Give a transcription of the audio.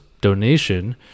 donation